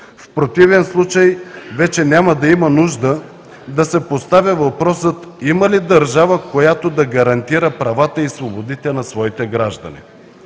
В противен случай вече няма да има нужда да се поставя въпросът: има ли държава, която да гарантира правата и свободите на своите граждани?